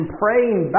praying